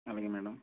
అలాగే మ్యాడమ్